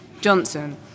Johnson